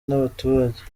n’abaturage